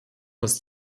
aus